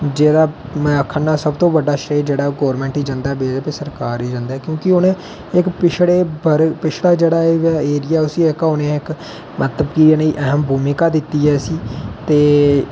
जेहडा में आखना सब तूं बड़ा श्रेय जेहडा ओह् गवर्नमैंट गी जंदा ऐ बी जे पी सरकार गी जंदा ऐ क्योकि उ'नें इक पिछड़े बर्ग पिछड़़ा जेहड़ा ऐरिया उसी उ'नें इक मतलब कि अहम भूमिका दित्ती ऐ इसी ते